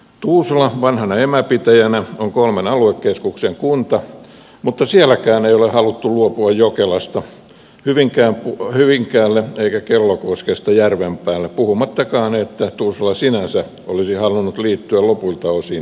tuusula vanhana emäpitäjänä on kolmen aluekeskuksen kunta mutta sielläkään ei ole haluttu luopua jokelasta hyvinkäällä eikä kellokoskesta järvenpäässä puhumattakaan että tuusula sinänsä olisi halunnut liittyä lopuilta osin keravaan